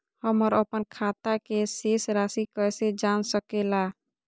हमर अपन खाता के शेष रासि कैसे जान सके ला?